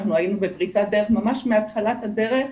אנחנו היינו בפריצת דרך ממש מתחילת הדרך,